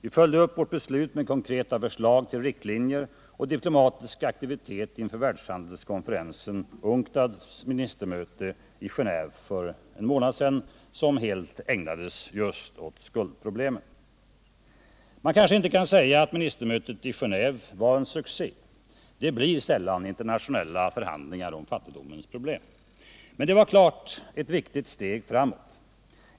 Vi följde upp vårt beslut med konkreta förslag till riktlinjer och diplomatisk aktivitet inför världshandelskonferensens, UNCTAD:s, ministermöte i Genéve för en månad sedan, vilken helt ägnades åt skuldproblemen. Man kanske inte kan säga att ministermötet i Genéve var en succé — det blir sällan internationella förhandlingar om fattigdomens problem — men det var otvivelaktigt ett viktigt steg framåt.